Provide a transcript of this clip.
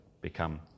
become